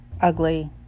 ugly